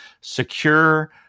secure